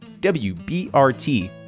WBRT